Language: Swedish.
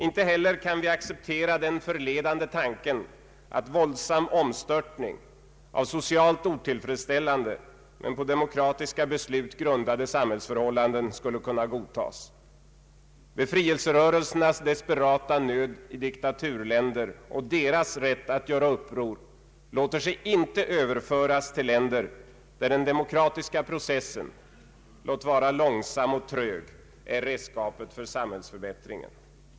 Inte heller kan vi acceptera den förledande tanken att våldsam omstörtning av socialt otillfredsställande men på demokratiska beslut grundade samhällsförhållanden skulle kunna godtas. Befrielserörelsernas desperata nöd i diktaturländer och deras rätt att göra uppror låter sig inte över Allmänpolitisk debatt föras till länder, där den demokratiska processen — låt vara långsam och trög — är redskapet för samhällsförbättringen.